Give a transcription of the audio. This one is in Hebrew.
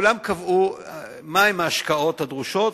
כולם קבעו מהן ההשקעות הדרושות,